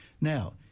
Now